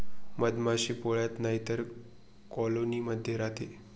मधमाशी पोळ्यात नाहीतर कॉलोनी मध्ये राहते